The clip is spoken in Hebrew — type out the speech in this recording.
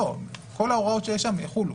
כל ההוראות שיש שם, יחולו.